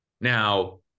now